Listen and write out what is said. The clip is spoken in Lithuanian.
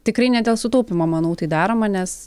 tikrai ne dėl sutaupymo manau tai daroma nes